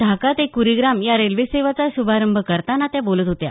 ढाका ते कुरीग्राम या रेल्वेसेवेचा श्भारंभ करताना त्या बोलत होत्या